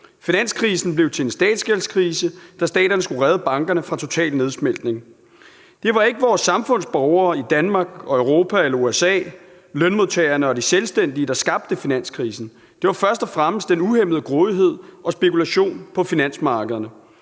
Finanskrisen blev til en statsgældskrise, da staterne skulle redde bankerne fra total nedsmeltning. Det var ikke samfundsborgerne i Danmark, øvrige Europa og i USA, lønmodtagerne og de selvstændige, der skabte finanskrisen. Det var først og fremmest den uhæmmede grådighed og spekulation på finansmarkederne.